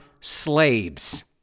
slaves